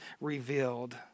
revealed